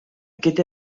gyda